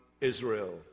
Israel